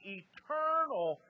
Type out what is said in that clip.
eternal